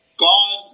God